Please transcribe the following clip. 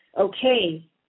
okay